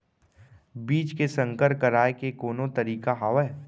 बीज के संकर कराय के कोनो तरीका हावय?